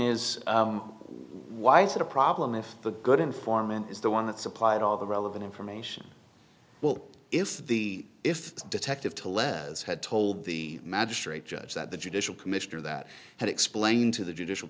is why is it a problem if the good informant is the one that supplied all the relevant information well if the if the detective to lead as had told the magistrate judge that the judicial commissioner that had explained to the judicial